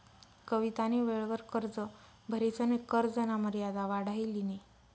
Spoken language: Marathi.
कवितानी वेळवर कर्ज भरिसन कर्जना मर्यादा वाढाई लिनी